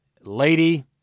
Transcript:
lady